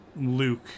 Luke